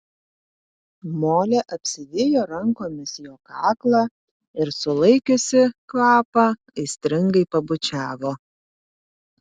molė apsivijo rankomis jo kaklą ir sulaikiusi kvapą aistringai pabučiavo